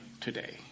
today